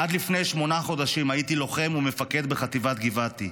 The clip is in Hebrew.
עד לפני שמונה חודשים הייתי לוחם ומפקד בחטיבת גבעתי.